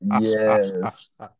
Yes